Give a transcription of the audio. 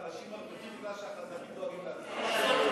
בדרך כלל החלשים מרוויחים כי החזקים דואגים לעצמם.